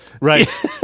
Right